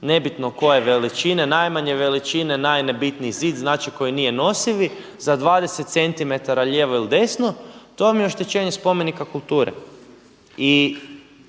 nebitno koje veličine, najmanje veličine, najnebitniji zid, znači koji nije nosivi za 20 cm lijevo ili desno, to vam je oštećenje spomenika kulture. I